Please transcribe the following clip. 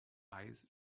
eyes